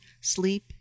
sleep